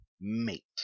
Mate